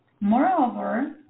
Moreover